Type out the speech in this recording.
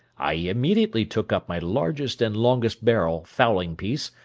i immediately took up my largest and longest barrel fowling-piece,